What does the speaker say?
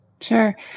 Sure